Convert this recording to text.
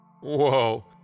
Whoa